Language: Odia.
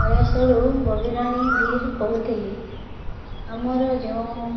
କାଳିଆ ଶଳୁ ବବିରାଣୀ ଧୀର୍ କହୁଥିଲି ଆମର ଯେଉଁ